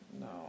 no